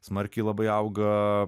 smarkiai labai auga